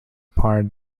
part